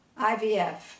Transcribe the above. IVF